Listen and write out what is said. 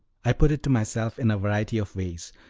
i put it to myself in a variety of ways,